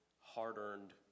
hard-earned